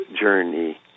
journey